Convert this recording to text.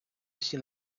всі